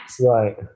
Right